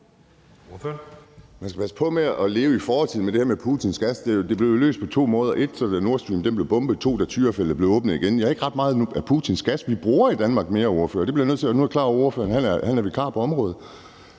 Man skal passe på med at leve i fortiden i forhold til det her med Putins gas. Det blev jo løst på to måder – 1) så blev Nord Stream bombet, og 2) da Tyrafeltet blev åbnet igen. Der er ikke mere ret meget af Putins gas, vi bruger i Danmark, ordfører. Det bliver jeg nødt til at sige – nu er jeg klar over, at ordføreren er vikar på området.